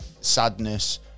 sadness